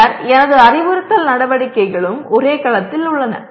பின்னர் எனது அறிவுறுத்தல் நடவடிக்கைகளும் ஒரே கலத்தில் உள்ளன